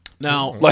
Now